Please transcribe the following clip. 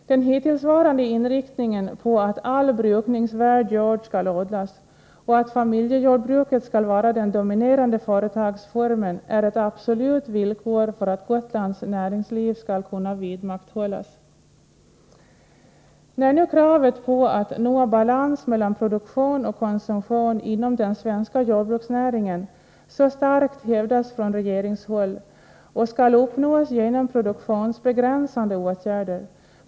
Den hittillsvarande inriktningen, att all brukningsvärd jord skall odlas och att familjejordbruket skall vara den dominerande företagsformen, är ett absolut villkor för att Gotlands näringsliv skall kunna vidmakthållas. Kravet på att nå balans mellan produktion och konsumtion inom den svenska jordbruksnäringen hävdas ju mycket starkt från regeringshåll, och detta skall uppnås genom produktionsbegränsande åtgärder.